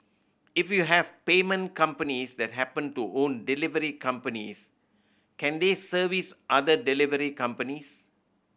if you have payment companies that happen to own delivery companies can they service other delivery companies